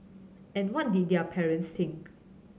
and what did their parents think